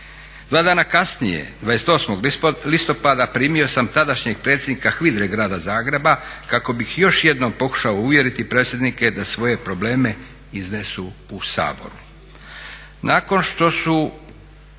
Dva dana kasnije 28. listopada primio sam tadašnjeg predsjednika HVIDRA-e grada Zagreba kako bih još jednom pokušao uvjeriti predsjednike da svoje probleme iznesu u Saboru.